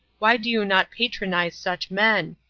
why do you not patronize such men?